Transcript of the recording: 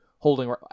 Holding